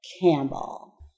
Campbell